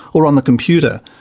or on the computer.